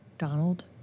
donald